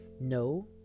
No